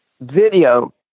video